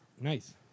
Nice